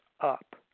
up